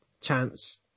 chance